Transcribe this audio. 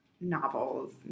novels